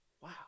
Wow